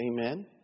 Amen